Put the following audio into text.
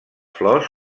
flors